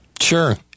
Sure